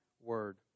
word